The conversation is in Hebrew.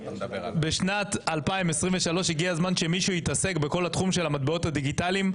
בשנת 2023 הגיע הזמן שמישהו יתעסק בכל התחום של המטבעות הדיגיטליים,